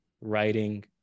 writing